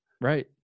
Right